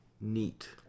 neat